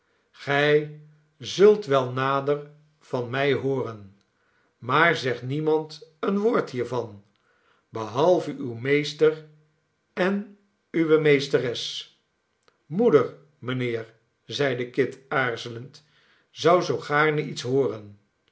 gij zult wel nader van mij hooren maar zeg niemand een woord hiervan behalve uw meester en uwe meesteres moeder mijnheer zeide kit aarzelend zou zoo gaarne iets hooren